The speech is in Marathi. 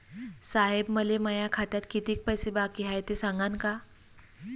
साहेब, मले माया खात्यात कितीक पैसे बाकी हाय, ते सांगान का?